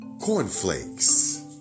cornflakes